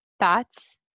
thoughts